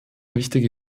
wichtige